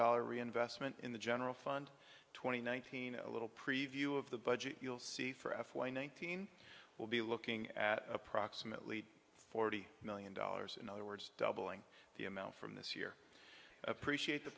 dollars reinvestment in the general fund twenty one thousand a little preview of the budget you'll see for f one nine hundred we'll be looking at approximately forty million dollars in other words doubling the amount from this year appreciate the